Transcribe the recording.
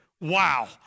Wow